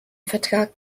vertrag